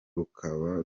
rukaba